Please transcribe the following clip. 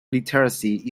literacy